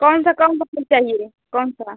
कौन सा कौन सा फूल चाहिए कौन सा